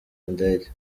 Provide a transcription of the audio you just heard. ndege